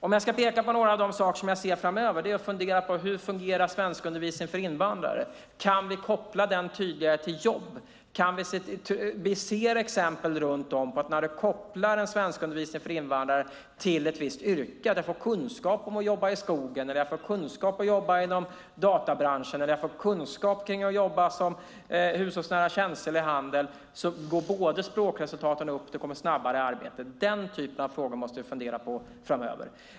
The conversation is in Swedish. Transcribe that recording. Om jag ska peka på några av de saker som jag ser att vi behöver fundera på framöver är det hur svenskundervisningen för invandrare fungerar. Kan vi koppla den tydligare till jobb? Vi ser runt om exempel på att när svenskundervisningen för invandrare kopplas till ett visst yrke där man får kunskap om att jobba i skogen, inom databranschen, med hushållsnära tjänster eller inom handeln blir språkresultaten bättre och man kommer snabbare i arbete. Den typen av frågor måste vi fundera på framöver.